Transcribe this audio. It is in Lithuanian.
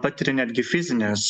patiria netgi fizines